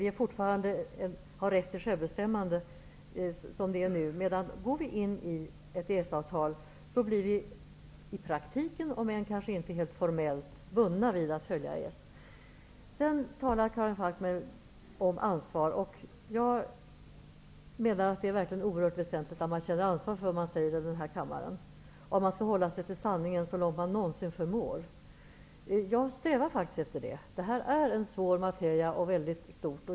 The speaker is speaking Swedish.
Som det är nu har vi fortfarande rätt till självbestämmande, men om vi går in i ett EES-avtal blir vi -- kanske inte formellt -- men i praktiken, bundna att följa det. Karin Falkmer talar om ansvar. Jag menar att det verkligen är oerhört väsentligt att man känner ansvar för vad man säger här i kammaren. Man skall hålla sig till sanningen så långt man någonsin förmår. Jag strävar faktiskt efter det. Det här är en svår materia och ett stort ämne.